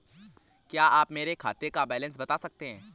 क्या आप मेरे खाते का बैलेंस बता सकते हैं?